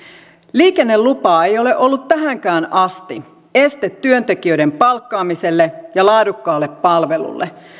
liikennelupa ei ole ollut tähänkään asti este työntekijöiden palkkaamiselle ja laadukkaalle palvelulle